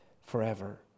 forever